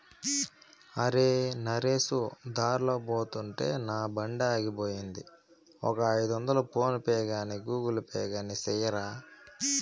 అరే, నరేసు దార్లో పోతుంటే నా బండాగిపోయింది, ఒక ఐదొందలు ఫోన్ పే గాని గూగుల్ పే గాని సెయ్యరా